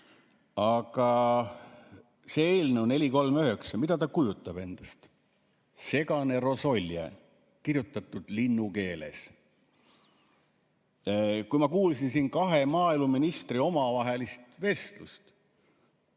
mida see eelnõu 439 kujutab endast? Segane rosolje, kirjutatud linnukeeles. Kui ma kuulasin siin kahe maaeluministri omavahelist vestlust,